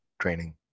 training